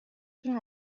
جون